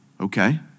Okay